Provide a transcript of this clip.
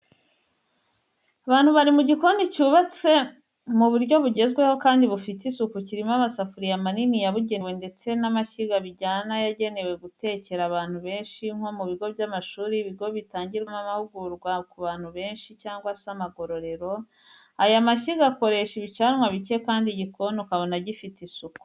Abantu bari mu gikoni cyubatse mu buryo bugezweho kandi bufite isuku kirimo amasafuriya manini yabugenewe ndetse n'amashyiga bijyana yagenewe gutekera abantu benshi nko mu bigo by'amashuri, ibigo bitangirwamo amahugurwa ku bantu benshi, cyangwa se amagororero, aya mashyiga akoresha ibicanwa bike kandi igikoni ukabona gifite isuku.